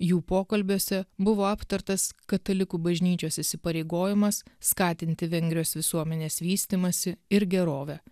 jų pokalbiuose buvo aptartas katalikų bažnyčios įsipareigojimas skatinti vengrijos visuomenės vystymąsi ir gerovę